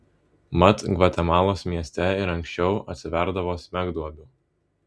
mat gvatemalos mieste ir anksčiau atsiverdavo smegduobių